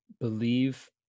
believe